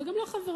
וגם לא חברות,